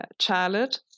Charlotte